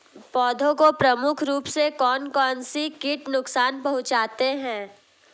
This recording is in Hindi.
पौधों को प्रमुख रूप से कौन कौन से कीट नुकसान पहुंचाते हैं?